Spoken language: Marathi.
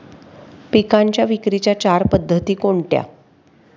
पिकांच्या विक्रीच्या चार पद्धती कोणत्या?